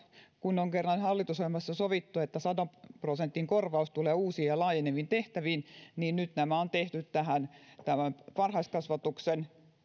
kun on kerran hallitusohjelmassa sovittu että sadan prosentin korvaus tulee uusiin ja laajeneviin tehtäviin on nyt tehty tähän varhaiskasvatuksen